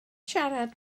siarad